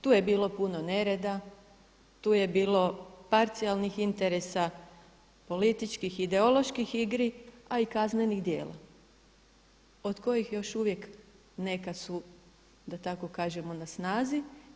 Tu je bilo puno nereda, tu je bilo parcijalnih interesa, političkih, ideoloških igri, a i kaznenih dijela od kojih još uvijek neka su da tako kažemo na snazi.